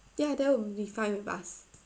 ya that would be fine with us